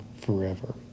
forever